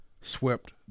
swept